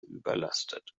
überlastet